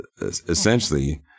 essentially